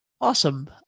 Awesome